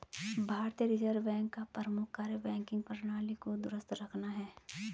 भारतीय reserve bank का प्रमुख कार्य बैंकिंग प्रणाली को दुरुस्त रखना है